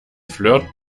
flirt